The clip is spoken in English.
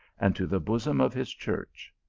and to the bosom of his church.